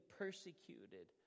persecuted